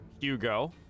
Hugo